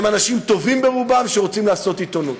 הם אנשים טובים ברובם שרוצים לעשות עיתונות.